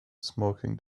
smoking